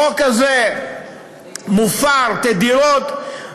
החוק הזה מופר תדירות,